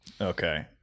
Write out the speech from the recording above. Okay